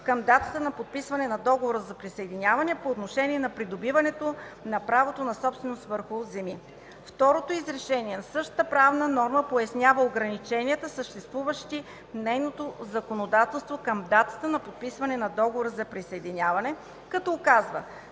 към датата на подписване на Договора за присъединяване по отношение на придобиването на правото на собственост. Второто изречение на същата правна норма пояснява ограниченията, съществуващи в нейното законодателство към датата на подписване на Договора за присъединяване, като указва,